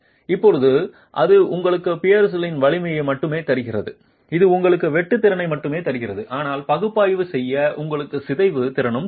இப்போது அது உங்களுக்கு பியர்ஸின் வலிமையை மட்டுமே தருகிறது இது உங்களுக்கு வெட்டு திறனை மட்டுமே தருகிறது ஆனால் பகுப்பாய்வு செய்ய உங்களுக்கு சிதைவு திறனும் தேவை